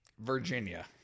Virginia